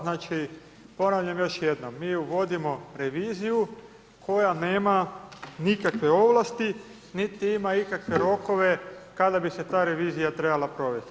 Znači ponavljam još jednom, mi uvodimo reviziju, koja nema nikakve ovlasti niti ima ikakve rokove, kada bi se ta revizija trebala provesti.